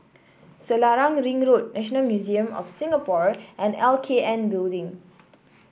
Selarang Ring Road National Museum of Singapore and L K N Building